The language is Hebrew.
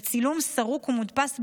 זה צילום סרוק ומודפס,